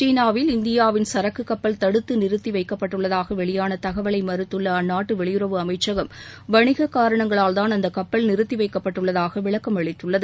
சீனாவில் இந்தியாவின் சரக்குக் கப்பல் தடுத்து நிறுத்தி வைக்கப்பட்டுள்ளதாக வெளியான தகவலை மறத்துள்ள அந்நா்டடு வெளியுறவு அமைச்சகம் வணிகக் காரணங்களால்தான் அந்தக் கப்பல் நிறுத்தி வைக்கப்பட்டுள்ளதாக விளக்கம் அளித்துள்ளது